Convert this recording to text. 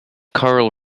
carl